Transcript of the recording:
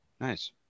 Nice